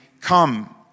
come